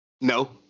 No